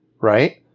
Right